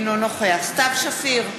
אינו נוכח סתיו שפיר,